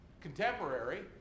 Contemporary